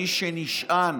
מי שנשען